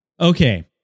Okay